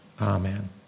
Amen